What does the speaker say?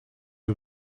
you